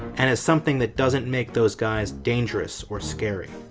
and as something that doesn't make those guys dangerous or scary.